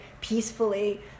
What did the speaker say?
peacefully